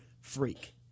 freak